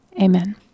Amen